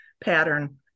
pattern